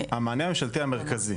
המענה הממשלתי המרכזי.